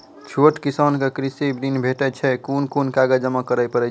छोट किसानक कृषि ॠण भेटै छै? कून कून कागज जमा करे पड़े छै?